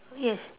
yes